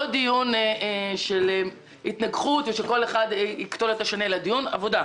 לא דיון שכל אחד יקטול את השני אלא דיון עבודה.